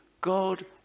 God